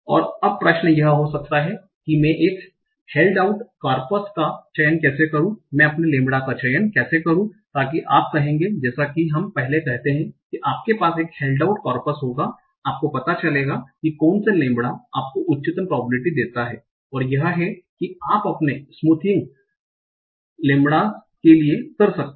और अब प्रश्न यह हो सकता है कि मैं एक हेल्ड आउट कॉरपस का चयन कैसे करूं मैं अपने लैम्ब्डा का चयन कैसे करूं ताकि आप कहेंगे जैसा कि हम पहले कहते हैं कि आपके पास एक हेल्ड आउट कॉरपस होगा आपको पता चलेगा कि कौन से लैम्ब्डा आपको उच्चतम प्रॉबबिलिटि देता है और यह lambda आपकी स्मूथिंग के लिए उपयोग कर सकते हैं